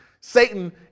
Satan